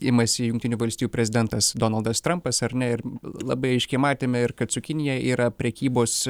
imasi jungtinių valstijų prezidentas donaldas trampas ar ne ir labai aiškiai matėme ir kad su kinija yra prekybos